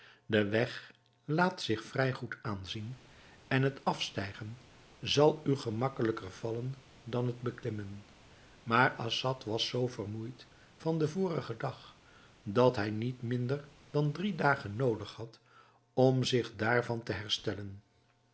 de weg laat zich vrij goed aanzien en het afstijgen zal u gemakkelijker vallen dan het beklimmen maar assad was nog zoo vermoeid van den vorigen dag dat hij niet minder dan drie dagen noodig had om zich daarvan te herstellen